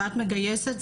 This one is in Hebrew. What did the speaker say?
ואת מגייסת,